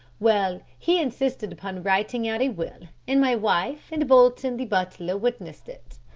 well, he insisted upon writing out a will and my wife and bolton, the butler, witnessed it.